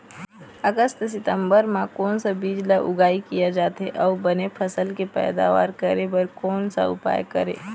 अगस्त सितंबर म कोन सा बीज ला उगाई किया जाथे, अऊ बने फसल के पैदावर करें बर कोन सा उपाय करें?